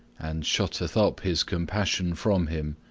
and shutteth up his compassion from him,